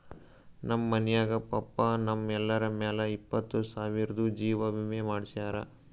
ನಮ್ ಮನ್ಯಾಗ ಪಪ್ಪಾ ನಮ್ ಎಲ್ಲರ ಮ್ಯಾಲ ಇಪ್ಪತ್ತು ಸಾವಿರ್ದು ಜೀವಾ ವಿಮೆ ಮಾಡ್ಸ್ಯಾರ